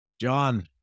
John